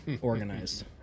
organized